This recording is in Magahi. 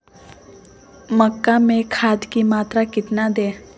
मक्का में खाद की मात्रा कितना दे?